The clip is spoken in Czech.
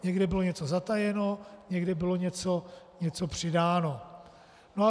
Někde bylo něco zatajeno, někde bylo něco přidáno.